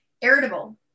irritable